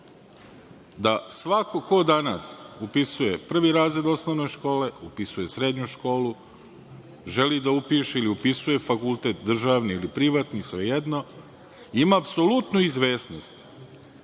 da svako ko danas upisuje prvi razred osnovne škole, upisuje srednju školu, želi da upiše ili upisuje fakultet, državni ili privatni, svejedno, ima apsolutnu izvesnost